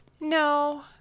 No